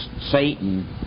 Satan